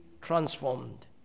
transformed